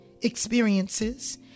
experiences